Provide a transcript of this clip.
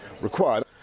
required